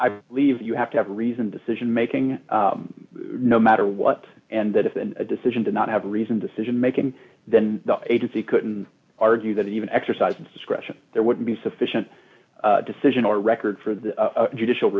believe you have to have reasoned decision making no matter what and that if the decision to not have a reasoned decision making then the agency couldn't argue that even exercise discretion there wouldn't be sufficient decision or a record for the judicial